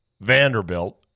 Vanderbilt